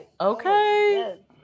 Okay